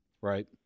right